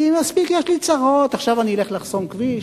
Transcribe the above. כי, מספיק יש לי צרות, עכשיו אני אלך לחסום כביש?